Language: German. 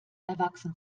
erwachsen